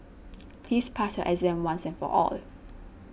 please pass your exam once and for all